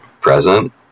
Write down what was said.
present